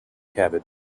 cabbage